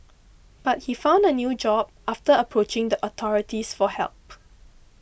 but he found a new job after approaching the authorities for help